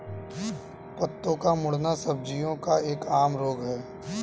पत्तों का मुड़ना सब्जियों का एक आम रोग है